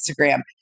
Instagram